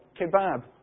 kebab